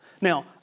Now